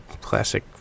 classic